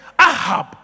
Ahab